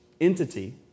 entity